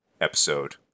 episode